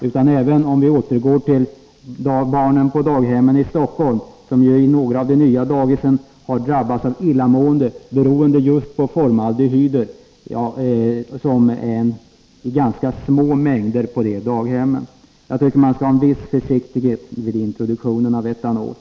Dessutom — om vi återgår till daghemmen i Stockholm — kan vi konstatera att barnen på några av de nya daghemmen har drabbats av illamående just beroende på formaldehyder i ganska små mängder. Jag tycker alltså att vi skall visa en viss försiktighet vid introduktion av etanol.